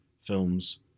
films